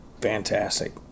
fantastic